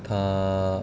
她